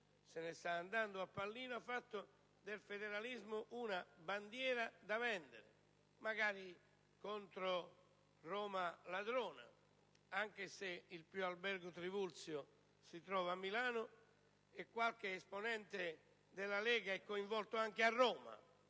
se ne sta andando a pallino - una bandiera da vendere, magari contro Roma ladrona (anche se il Pio Albergo Trivulzio si trova a Milano, e qualche esponente della Lega è coinvolto anche a Roma